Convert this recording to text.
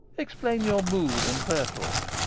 explain your mood and purport.